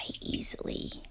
easily